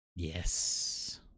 Yes